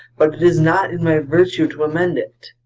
but it is not in my virtue to amend it.